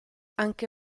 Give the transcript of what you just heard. anche